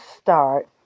start